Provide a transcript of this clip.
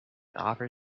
offer